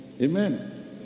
Amen